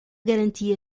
garantia